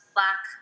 Black